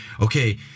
okay